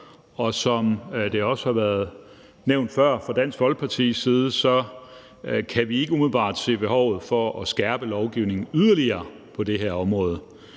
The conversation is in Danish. og som det også har været nævnt før fra Dansk Folkepartis side, kan vi ikke umiddelbart se behovet for at skærpe lovgivningen yderligere på det område.